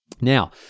Now